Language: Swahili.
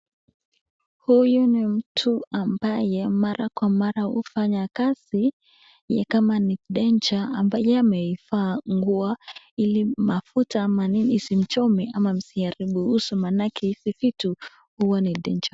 Huyu ni mtu ambaye mara kwa mara hufanya kazi ni kama ni mteja ambaye ameivaa nguo ili mafuta isimchome ama isiharibu uso maanake hizi vitu huwa ni danger .